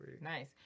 Nice